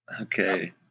Okay